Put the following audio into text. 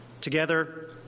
Together